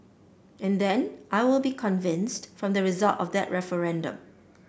and then I will be convinced from the result of that referendum